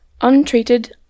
untreated